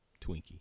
Twinkie